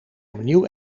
opnieuw